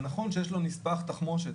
זה נכון שיש לו נספח תחמושת,